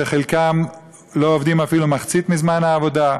שחלקם לא עובדים אפילו מחצית מזמן העבודה?